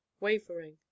wavering